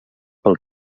pel